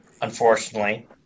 Unfortunately